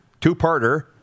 two-parter